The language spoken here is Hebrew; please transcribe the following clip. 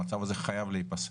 המצב הזה חייב להפסק.